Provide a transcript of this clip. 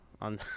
on